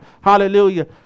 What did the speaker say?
Hallelujah